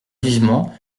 vivement